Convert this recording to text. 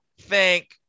thank